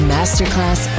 Masterclass